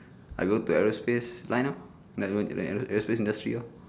I go to aerospace line lor like aerospace industry lor